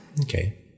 okay